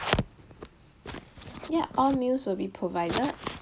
ya all meals will be provided